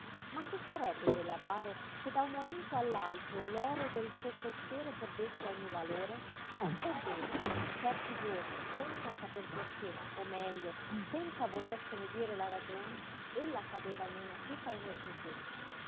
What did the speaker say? ma che sarebbe dell'avaro se da un momento all'altro l'oro del suo forziere perdesse ogni valore ebbene certi giorni senza saper perché o meglio senza volersene dire la ragione ella cadeva in una cupa